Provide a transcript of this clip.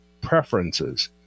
preferences